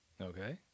Okay